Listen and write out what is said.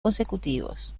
consecutivos